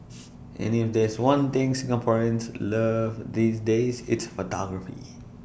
and if there's one thing Singaporeans love these days it's photography